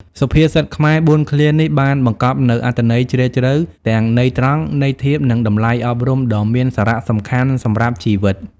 សុភាសិតខ្មែរ៤ឃ្លានេះបានបង្កប់នូវអត្ថន័យជ្រាលជ្រៅទាំងន័យត្រង់ ន័យធៀប និងតម្លៃអប់រំដ៏មានសារៈសំខាន់សម្រាប់ជីវិត។